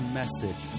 message